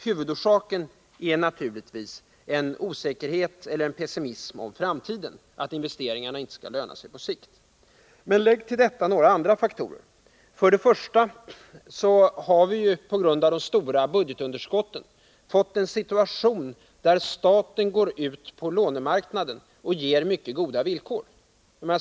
Huvudorsaken är naturligtvis en osäkerhet eller en pessimism beträffande framtiden, att investeringarna inte skall löna sig på sikt. Men lägg till detta några andra faktorer. På grund av de stora budgetunderskotten har vi fått en situation där staten går ut på lånemarknaden och ger mycket goda villkor.